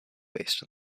based